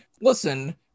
Listen